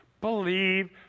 believe